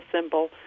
symbol